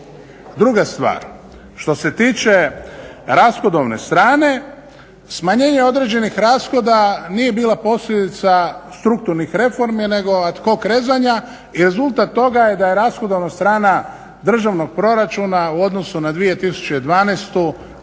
Druga stvar što se tiče rashodovne strane smanjenje određenih rashoda nije bila posljedica strukturnih reformi nego ad hoc rezanja i rezultat toga je da je rashodovna strana državnog proračuna u odnosu na 2012. narasla